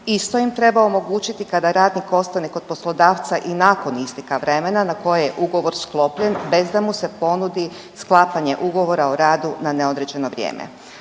Isto im treba omogućiti kada radnik ostane kod poslodavca i nakon isteka vremena na koje je ugovor sklopljen bez da mu se ponudi sklapanja ugovora o radu na neodređeno vrijeme.